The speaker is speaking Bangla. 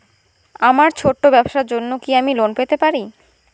আমার ছোট্ট ব্যাবসার জন্য কি আমি লোন পেতে পারি?